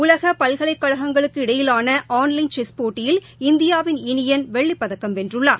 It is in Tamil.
உலகபல்கலைக்கழகங்களுக்கு இடையிலானஆன்லைன் செஸ் போட்டியில் இந்தியாவின் இனியன் வெள்ளிப்பதக்கம் வென்றுள்ளார்